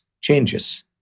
changes